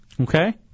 Okay